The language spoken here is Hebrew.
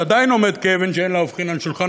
שעדיין עומד כאבן שאין לה הופכין על שולחן